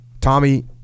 tommy